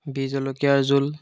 বিহ জলকীয়াৰ জোল